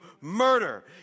murder